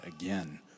again